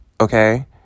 okay